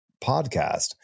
podcast